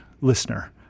listener